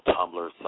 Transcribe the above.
Tumblr